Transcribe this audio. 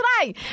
today